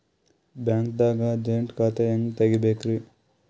ಬ್ಯಾಂಕ್ದಾಗ ಜಂಟಿ ಖಾತೆ ಹೆಂಗ್ ತಗಿಬೇಕ್ರಿ?